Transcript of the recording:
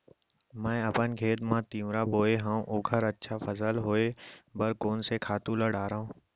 मैं अपन खेत मा तिंवरा बोये हव ओखर अच्छा फसल होये बर कोन से खातू ला डारव?